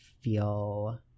feel